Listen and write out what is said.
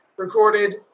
Recorded